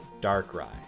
Darkrai